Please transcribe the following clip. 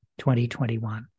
2021